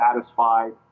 satisfied